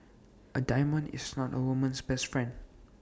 A diamond is not A woman's best friend